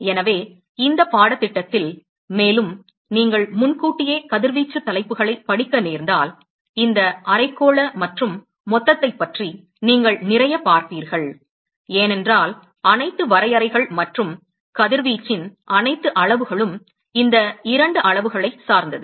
எனவே இந்த பாடத்திட்டத்தில் மேலும் நீங்கள் முன்கூட்டியே கதிர்வீச்சு தலைப்புகளைப் படிக்க நேர்ந்தால் இந்த அரைக்கோள மற்றும் மொத்தத்தைப் பற்றி நீங்கள் நிறையப் பார்ப்பீர்கள் ஏனென்றால் அனைத்து வரையறைகள் மற்றும் கதிர்வீச்சின் அனைத்து அளவுகளும் இந்த 2 அளவுகளைச் சார்ந்தது